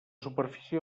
superfície